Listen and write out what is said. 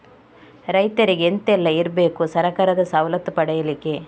ರೈತರಿಗೆ ಎಂತ ಎಲ್ಲ ಇರ್ಬೇಕು ಸರ್ಕಾರದ ಸವಲತ್ತು ಪಡೆಯಲಿಕ್ಕೆ?